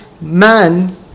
man